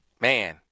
man